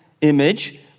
image